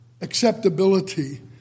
acceptability